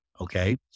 Okay